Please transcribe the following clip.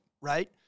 right